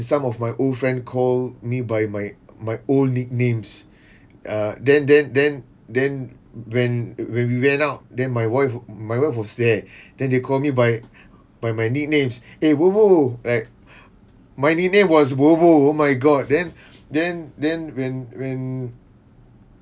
some of my old friend call me by my my old nicknames uh then then then then when when we went out then my wife my wife was there then they call me by by my nicknames eh bobo right my nickname was bobo oh my god then then then when when